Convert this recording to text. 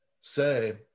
say